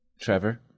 Trevor